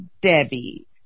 Debbie